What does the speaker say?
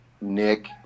Nick